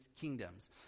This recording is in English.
kingdoms